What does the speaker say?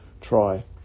try